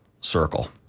circle